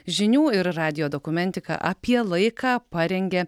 žinių ir radijo dokumentika apie laiką parengė